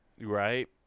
Right